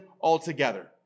altogether